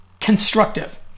constructive